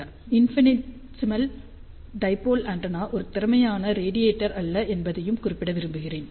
நான் infinitesimal dipole antenna ஒரு திறமையான ரேடியேட்டர் அல்ல என்பதையும் குறிப்பிட விரும்புகிறேன்